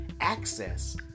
access